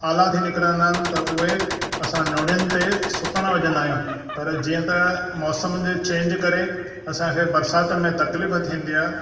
आला थी निकिरंदा आहिनि त उहे असां नोड़ियुनि ते सुकण विझंदा आहियूं पर जीअं त मौसम जे चेंज करे असांखे बरसाति में तकलीफ़ु थींदी आहे